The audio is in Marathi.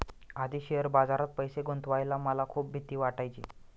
आधी शेअर बाजारात पैसे गुंतवायला मला खूप भीती वाटायची